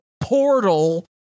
portal